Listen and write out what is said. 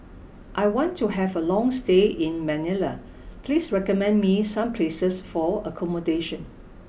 I want to have a long stay in Manila Please recommend me some places for accommodation